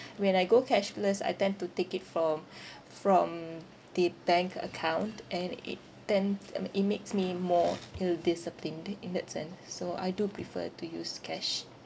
when I go cashless I tend to take it from from the bank account and it tend uh it makes me more ill disciplined th~ in that sense so I do prefer to use cash